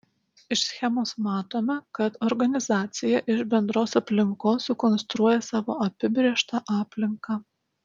iš schemos matome kad organizacija iš bendros aplinkos sukonstruoja savo apibrėžtą aplinką